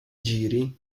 giri